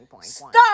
Stop